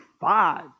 five